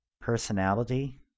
personality